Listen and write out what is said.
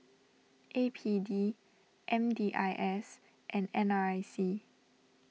A P D M D I S and N R I C